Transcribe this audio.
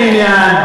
לגופו של עניין,